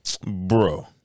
bro